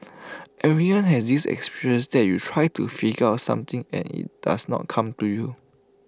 everyone has this that you try to figure out something and IT does not come to you